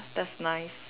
that's nice